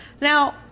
Now